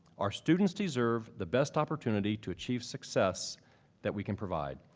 our students deserve the best opportunity to achieve success that we can provide.